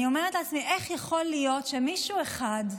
אני אומרת לעצמי, איך יכול להיות שמישהו אחד,